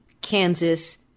Kansas